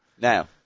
Now